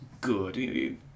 good